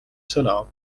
sõna